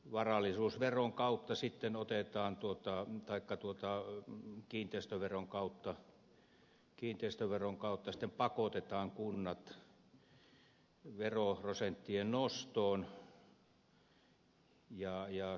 varallisuusveron kautta sitten otetaan varoja taikka kiinteistöveron kautta sitten pakotetaan kunnat veroprosenttien nostoon ja kiinteistöveron nostoon